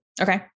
Okay